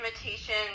imitation